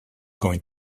going